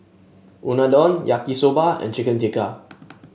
Unadon Yaki Soba and Chicken Tikka